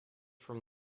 from